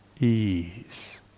ease